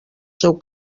seu